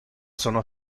sono